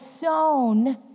sown